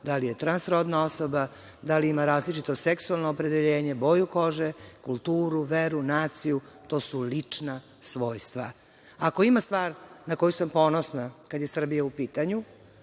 da li je transrodna osoba, da li ima različito seksualno opredeljenje, boju kože, kulturu, veru, naciju, to su lična svojstva. Ako ima stvar na koju sam ponosna, kada je Srbija u pitanju,